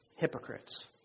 Hypocrites